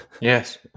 Yes